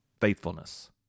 faithfulness